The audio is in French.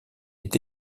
est